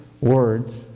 words